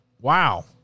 wow